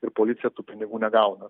ir policija tų pinigų negauna